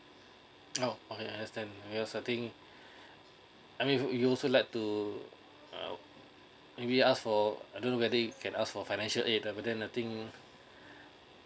oh okay I understand yeah so I think uh I mean you you also like to uh maybe ask for uh I don't whether we can ask for financial aid then I think